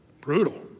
Brutal